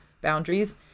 boundaries